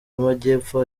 y’amajyepfo